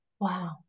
Wow